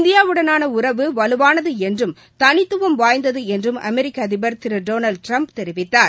இந்தியாவுடனான உறவு வலுவானது என்றும் தனித்துவம் வாய்ந்தது என்றும் அமெரிக்க அதிபர் திரு டொனால்டு டிரம்ப் தெரிவித்தார்